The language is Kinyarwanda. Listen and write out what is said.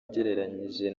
ugereranyije